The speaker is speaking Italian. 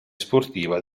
sportiva